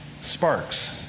sparks